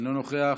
אינו נוכח,